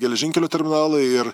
geležinkelio terminalai ir